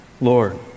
Lord